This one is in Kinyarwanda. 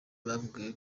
babwiwe